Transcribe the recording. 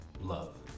love